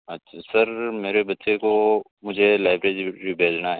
अच्छा सर मेरे बच्चे को मुझे लाइब्रेरी भेजना है